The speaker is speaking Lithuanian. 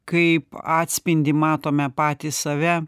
kaip atspindį matome patys save